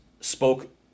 spoke